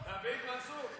תביא את מנסור.